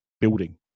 building